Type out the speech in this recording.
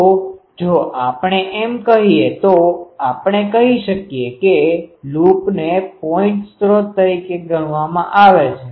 તો જો આપણે એમ કહીએ તો આપણે કહી શકીએ કે લૂપને પોઇન્ટ સ્રોત તરીકે ગણવામાં આવે છે